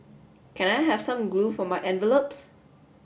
can I have some glue for my envelopes